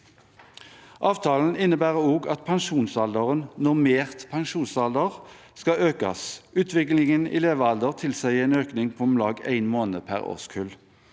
Avtalen innebærer også at pensjonsalderen – normert pensjonsalder – skal økes. Utviklingen i levealder tilsier en økning på om lag en måned per årskull.